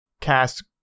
cast